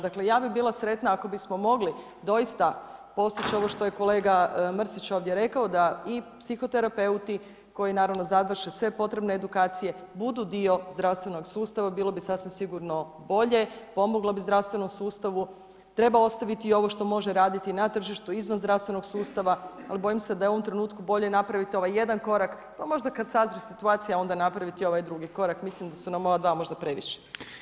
Dakle, ja bih bila sretna ako bismo mogli doista postići ovo što je kolega Mrsić ovdje rekao da i psihoterapeuti koji naravno završe sve potrebne edukacije budu dio zdravstvenog sustava, bilo bi sasvim sigurno bolje, pomoglo bi zdravstvenom sustavu, treba ostaviti ovo što može raditi na tržištu, izvan zdravstvenog sustava ali bojim se da je u ovom trenutku bolje napraviti ovaj jedan korak, pa možda kada sazri situacija onda napraviti i ovaj drugi korak, mislim da su nam ova dva možda previše.